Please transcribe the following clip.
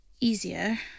easier